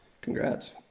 Congrats